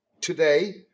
Today